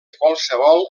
qualsevol